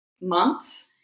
months